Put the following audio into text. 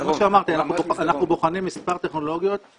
אז כמו שאמרתי, אנחנו בוחנים מספר טכנולוגיות.